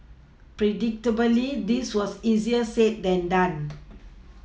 predictably this was easier said than done